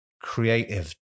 creative